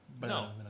No